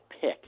pick